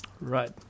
Right